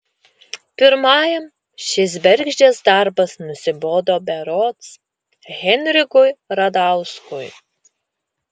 pirmajam šis bergždžias darbas nusibodo berods henrikui radauskui